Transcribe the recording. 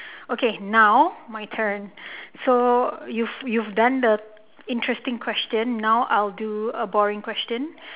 okay now my turn so you've you've done the interesting question now I'll do a boring question